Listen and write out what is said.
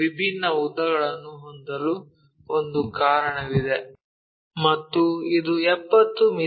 ವಿಭಿನ್ನ ಉದ್ದಗಳನ್ನು ಹೊಂದಲು ಒಂದು ಕಾರಣವಿದೆ ಮತ್ತು ಇದು 70 ಮಿ